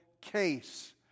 case